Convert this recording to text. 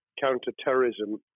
counter-terrorism